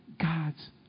God's